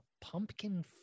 pumpkin